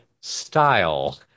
style